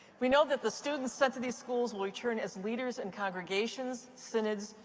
we know that the students sent to these schools will return as leaders in congregations, synods,